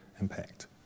impact